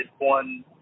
one